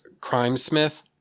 Crimesmith